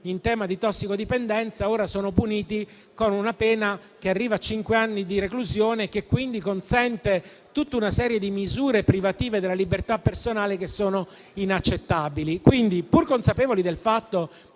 in tema di tossicodipendenza ora sono puniti con una pena fino a cinque anni di reclusione, consentendo tutta una serie di misure privative della libertà personale che sono inaccettabili. Pertanto, pur consapevoli del fatto